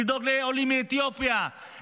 לדאוג לעולים מאתיופיה,